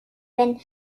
wenn